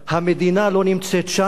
המדינה לא נמצאת שם.